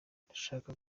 ndashaka